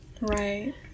Right